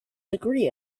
degree